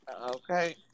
Okay